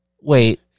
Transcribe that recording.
Wait